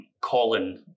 Colin